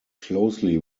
closely